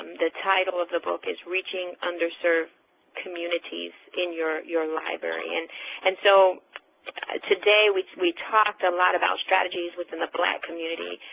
the title of the book is reaching underserved communities in your your library. and and so today we talked a lot about strategies within the black community.